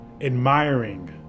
admiring